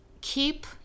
keep